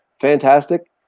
fantastic